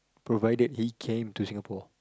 provided he came to Singapore